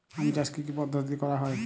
আম চাষ কি কি পদ্ধতিতে করা হয়?